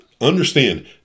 understand